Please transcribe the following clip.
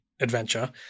adventure